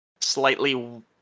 slightly